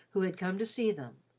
who had come to see them.